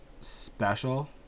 special